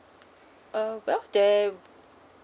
uh well there